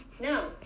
No